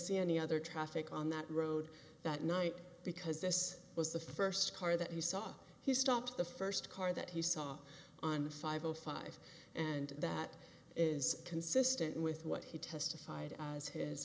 see any other traffic on that road that night because this was the first car that he saw he stopped the first car that he saw on the five o five and that is consistent with what he testified as his